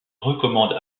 recommande